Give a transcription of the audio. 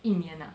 一年 ah